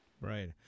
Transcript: Right